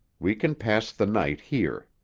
we can pass the night here.